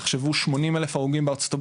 תחשבו 80 אלף הרוגים בארצות הברית,